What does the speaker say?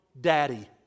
daddy